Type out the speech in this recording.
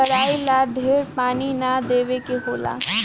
कराई ला ढेर पानी ना देवे के होला